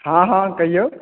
हॅं हॅं कहियौ